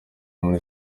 muri